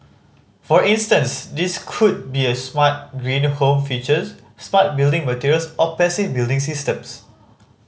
for instance these could be smart green home features smart building materials or passive building systems